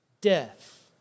death